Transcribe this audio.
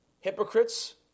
hypocrites